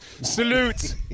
Salute